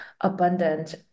abundant